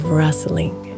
rustling